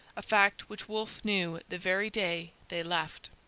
a fact which wolfe knew the very day they left.